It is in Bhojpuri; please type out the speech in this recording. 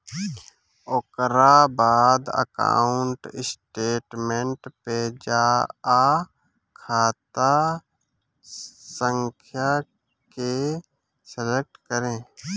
ओकरा बाद अकाउंट स्टेटमेंट पे जा आ खाता संख्या के सलेक्ट करे